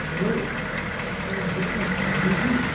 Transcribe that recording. hello آ یہِ چھا سُوِگی